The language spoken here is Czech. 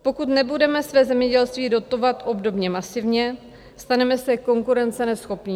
Pokud nebudeme své zemědělství dotovat obdobně masivně, staneme se konkurence neschopnými.